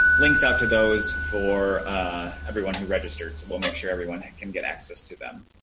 links out to those for everyone who registered, so we'll make sure everyone can get access to them.